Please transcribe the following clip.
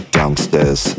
downstairs